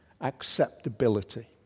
acceptability